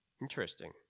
Interesting